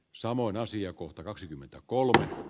samoin asiakohta kaksikymmentäkolme